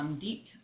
deep